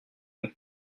nous